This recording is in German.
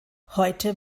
heute